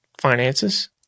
finances